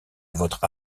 vostre